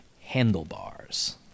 Handlebars